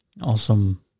Awesome